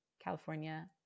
California